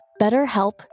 BetterHelp